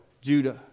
Judah